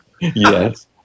Yes